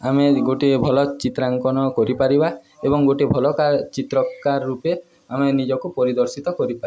ଆମେ ଗୋଟିଏ ଭଲ ଚିତ୍ରାଙ୍କନ କରିପାରିବା ଏବଂ ଗୋଟେ ଭଲ ଚିତ୍ରକାର ରୂପେ ଆମେ ନିଜକୁ ପରିଦର୍ଶିତ କରିପାରିବା